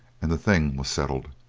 and the thing was settled.